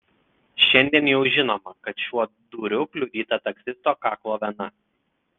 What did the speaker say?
šiandien jau žinoma kad šiuo dūriu kliudyta taksisto kaklo vena